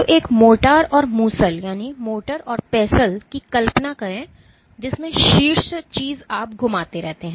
तो एक मोर्टार और मूसल की कल्पना करें जिसमें शीर्ष चीज आप घूमाते रहते हैं